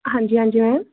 ਹਾਂਜੀ ਹਾਂਜੀ ਮੈਮ